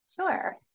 Sure